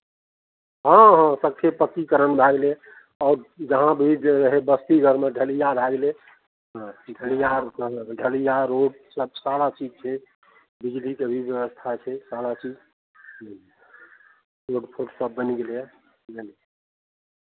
हँ हँ सभके पक्कीकरण भए गेलै आओर जहाँ भी जे रहै बस्ती घरमे ढलैआ भए गेलै हँ ढलैआ ढलैआ रोडसभ सारा चीज छै बिजलीके भी व्यवस्था छै सारा चीज ह्म्म रोड फोड सभ बनि गेलैए बुझलियै